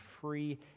free